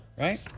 right